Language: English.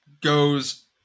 goes